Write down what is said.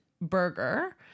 burger